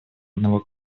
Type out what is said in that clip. одного